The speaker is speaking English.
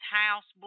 house